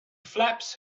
flaps